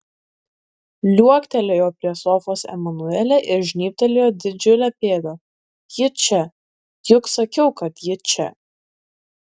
liuoktelėjo prie sofos emanuelė ir žnybtelėjo didžiulę pėdą ji čia juk sakiau kad ji čia